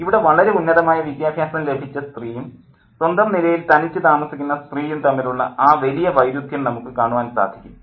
ഇവിടെ വളരെ ഉന്നതമായ വിദ്യാഭ്യാസം ലഭിച്ച സ്ത്രീയും സ്വന്തം നിലയിൽ തനിച്ചു താമസിക്കുന്ന സ്ത്രീയും തമ്മിലുള്ള ആ വലിയ വൈരുദ്ധ്യം നമുക്കു കാണുവാൻ സാധിക്കും